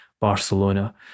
Barcelona